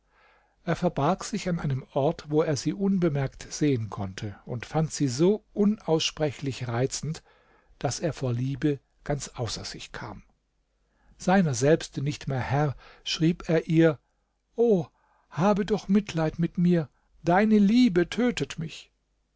er verbarg sich an einem ort wo er sie unbemerkt sehen konnte und fand sie so unaussprechlich reizend daß er vor liebe ganz außer sich kam seiner selbst nicht mehr herr schrieb er ihr o habe doch mitleid mit mir deine liebe tötet mich